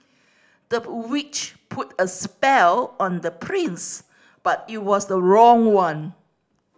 the witch put a spell on the prince but it was the wrong one